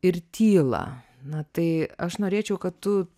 ir tylą na tai aš norėčiau kad tu